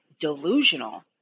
delusional